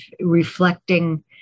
reflecting